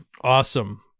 Awesome